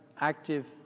active